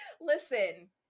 listen